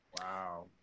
Wow